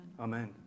Amen